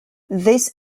this